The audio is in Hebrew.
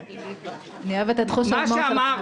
אני אוהבת את חוש ההומור שלך.